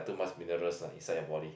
too much minerals inside your body